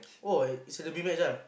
!woah! it's the a big match ah